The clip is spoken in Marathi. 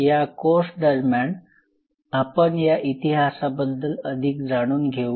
या कोर्स दरम्यान आपण या इतिहासाबद्दल अधिक जाणून घेऊ